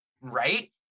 right